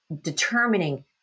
determining